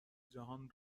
جهان